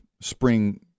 spring